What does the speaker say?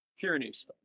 Pyrenees